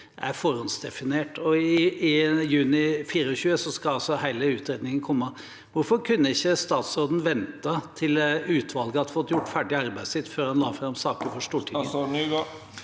er forhåndsdefinert. I juni 2024 skal hele utredningen komme. Hvorfor kunne ikke statsråden vente til utvalget har fått gjort ferdig arbeidet sitt før han la fram saken for Stortinget?